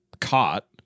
caught